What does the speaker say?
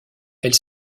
elle